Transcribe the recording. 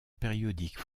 périodique